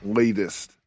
latest